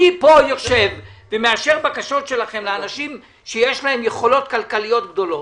אני יושב פה ומאשר בקשות שלכם לאנשים שיש להם יכולות כלכליות גדולות,